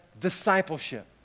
discipleship